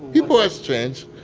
people are strange